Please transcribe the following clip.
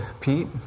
Pete